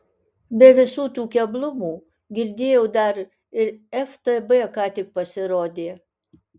be visų tų keblumų girdėjau dar ir ftb ką tik pasirodė